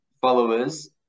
followers